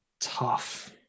Tough